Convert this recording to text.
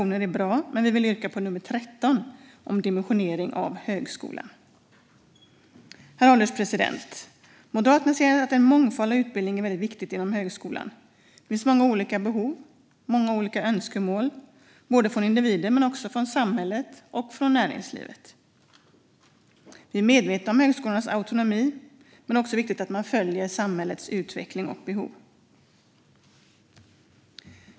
Men jag vill yrka bifall till reservation nummer 13 om dimensionering av högskolan. Herr ålderspresident! Moderaterna anser att en mångfald av utbildningar är väldigt viktigt inom högskolan. Det finns många olika behov och önskemål både från individen och från samhället och näringslivet. Vi är medvetna om högskolornas autonomi. Men det är också viktigt att man följer samhällets utveckling och behov.